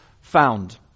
found